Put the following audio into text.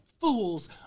fools